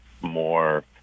more